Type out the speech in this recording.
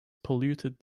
polluted